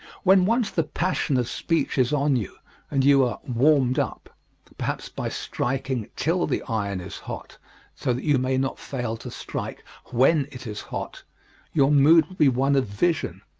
when once the passion of speech is on you and you are warmed up perhaps by striking till the iron is hot so that you may not fail to strike when it is hot your mood will be one of vision.